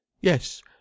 Yes